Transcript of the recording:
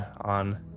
on